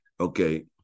Okay